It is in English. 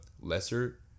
lesser